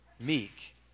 Meek